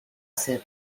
ser